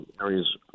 areas